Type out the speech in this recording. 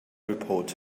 report